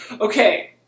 okay